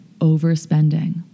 overspending